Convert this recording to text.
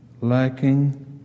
lacking